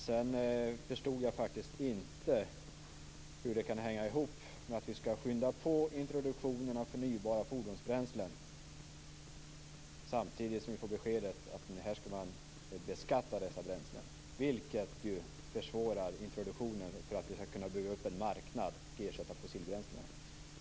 Sedan förstod jag faktiskt inte hur vi skall kunna skynda på introduktionen av förnybara fordonsbränslen samtidigt som vi får beskedet att man skall beskatta dessa bränslen. Det försvårar ju introduktionen genom att det blir svårt att bygga upp en marknad och ersätta fossilbränslena.